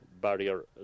barrier